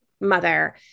mother